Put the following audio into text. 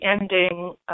ending